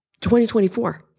2024